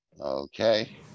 Okay